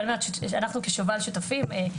אנחנו כשוב"ל שותפים,